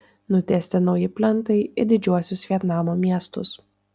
nutiesti nauji plentai į didžiuosius vietnamo miestus